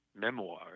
memoir